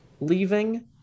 leaving